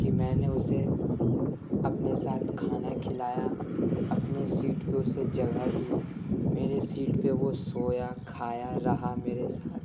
کہ میں نے اسے اپنے ساتھ کھانا کھلایا اپنی سیٹ پر اسے جگہ دی میری سیٹ پر وہ سویا کھایا رہا میرے ساتھ